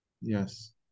Yes